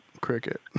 cricket